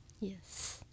Yes